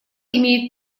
имеет